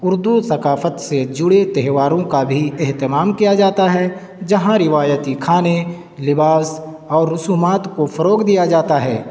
اردو ثقافت سے جڑے تہواروں کا بھی اہتمام کیا جاتا ہے جہاں روایتی کھانے لباس اور رسومات کو فروغ دیا جاتا ہے